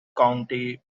county